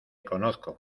conozco